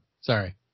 Sorry